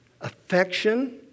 affection